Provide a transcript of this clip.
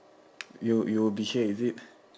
you you will be here is it